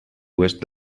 oest